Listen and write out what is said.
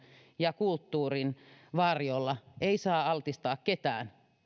ja kulttuurin varjolla ei saa altistaa ketään